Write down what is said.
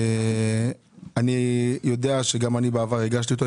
אני יודע שבעבר הגשתי אותו,